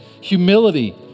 humility